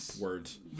Words